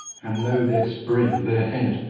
and know their spring, their head,